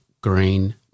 green